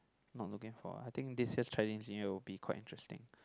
not looking for I think this year's Chinese New Year will be quite interesting